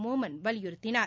மோமன் வலியுறுத்தினார்